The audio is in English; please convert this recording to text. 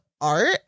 art